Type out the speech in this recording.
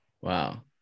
Wow